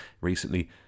recently